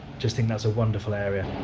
just think that's a wonderful area,